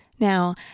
Now